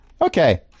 Okay